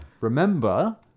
Remember